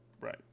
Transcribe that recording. Right